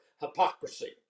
hypocrisy